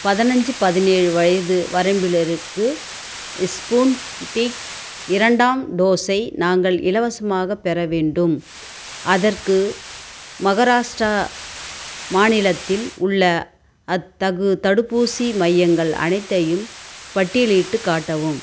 பதினஞ்சு பதினேழு வயது வரம்பினருக்கு இஸ்புன்டிக் இரண்டாம் டோஸை நாங்கள் இலவசமாகப் பெற வேண்டும் அதற்கு மகாராஷ்ட்ரா மாநிலத்தில் உள்ள அத்தகு தடுப்பூசி மையங்கள் அனைத்தையும் பட்டியலிட்டுக் காட்டவும்